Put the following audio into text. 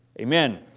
Amen